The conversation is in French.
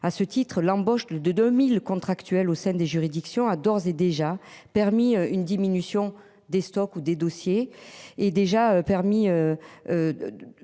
À ce titre, l'embauche de de 2000 contractuels au sein des juridictions a d'ores et déjà permis une diminution des stocks ou des dossiers et déjà permis.